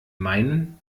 meinen